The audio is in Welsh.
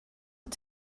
wyt